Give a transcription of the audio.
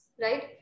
right